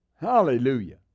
Hallelujah